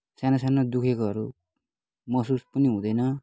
सानो सानो दुखेकोहरू महसुस पनि हुँदैन